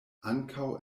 ankaŭ